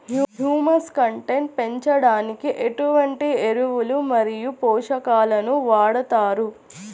Humus content పెంచడానికి ఎటువంటి ఎరువులు మరియు పోషకాలను వాడతారు?